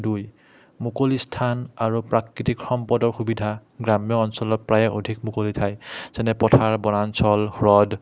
দুই মুকলি স্থান আৰু প্ৰাকৃতিক সম্পদৰ সুবিধা গ্ৰাম্য অঞ্চলত প্ৰায়ে অধিক মুকলি ঠাই যেনে পথাৰ বনাঞ্চল হ্ৰদ